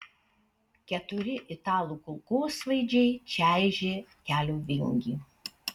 keturi italų kulkosvaidžiai čaižė kelio vingį